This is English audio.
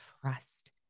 trust